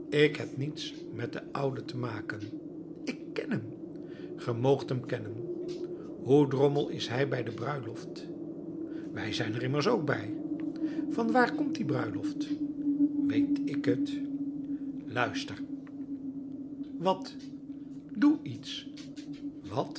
ik heb niets met den oude te maken ik ken hem ge moogt hem kennen hoe drommel is hij bij de bruiloft wij zijn er immers ook bij vanwaar komt die bruiloft weet ik het luister wat doe iets wat